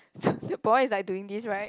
the boy is like doing this right